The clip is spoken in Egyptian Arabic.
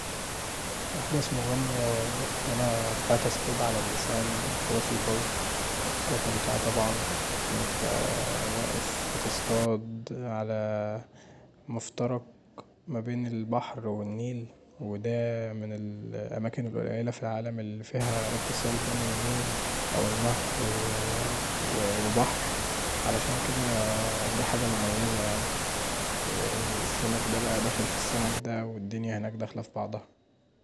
احدث مغامره طلعت اصطاد علي اللسان في راس البر، كانت ممتعه طبعا، وانت واقف بتصطاد علي مفترق ما بين البحز والنيل ودا من الأماكن القليله اللي في العالم اللي فيها اتصال بين النيل او النها وبحر عشان كدا دي حاجه مميزه يعني والسمك دا بقي داخل في السمك دا والدنيا هناك داخله في بعضها.